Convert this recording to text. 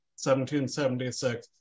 1776